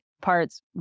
parts